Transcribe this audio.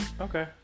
Okay